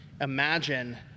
imagine